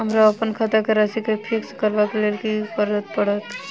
हमरा अप्पन खाता केँ राशि कऽ फिक्स करबाक लेल की करऽ पड़त?